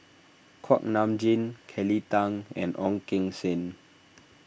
Kuak Nam Jin Kelly Tang and Ong Keng Sen